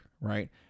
right